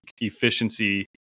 efficiency